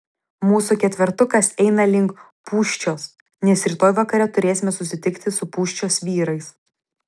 mūsų ketvertukas eina link pūščios nes rytoj vakare turėsime susitikti su pūščios vyrais